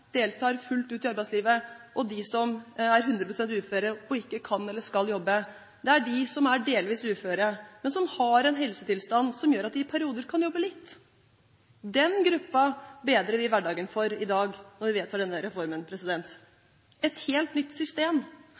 deltar fullt ut i arbeidslivet, og dem som er 100 pst. uføre og ikke kan eller skal jobbe: Det er de som er delvis uføre, men som har en helsetilstand som gjør at de i perioder kan jobbe litt. Den gruppen bedrer vi hverdagen for i dag når vi vedtar denne reformen – et helt nytt system.